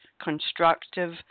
constructive